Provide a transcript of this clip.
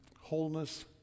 wholeness